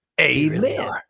Amen